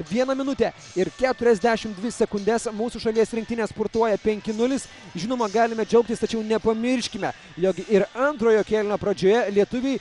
vieną minutę ir keturiasdešim dvi sekundes mūsų šalies rinktinė spurtuoja penki nulis žinoma galime džiaugtis tačiau nepamirškime jog ir antrojo kėlinio pradžioje lietuviai